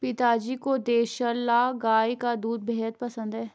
पिताजी को देसला गाय का दूध बेहद पसंद है